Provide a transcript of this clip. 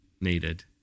needed